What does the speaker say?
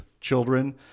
children